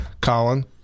Colin